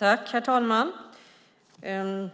Herr talman! Beträffande